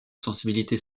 sensibilité